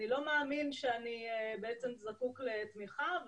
אני לא מאמין שאני זקוק לתמיכה.